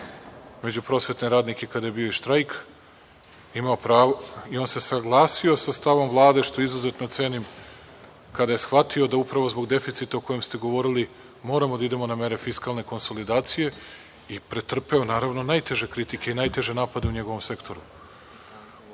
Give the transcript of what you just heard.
među prosvetne radnike kada je bio štrajk i on se saglasio sa stavom Vlade, što izuzetno cenim, kada je shvatio da upravo zbog deficita o kojem ste govorili moramo da idemo na mere fiskalne konsolidacije i pretrpeo, naravno, najteže kritike i najteže napade u njegovom sektoru